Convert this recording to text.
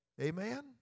Amen